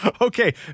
Okay